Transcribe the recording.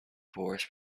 forest